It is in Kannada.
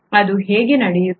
ಅದು ಹೇಗೆ ನಡೆಯುತ್ತಿದೆ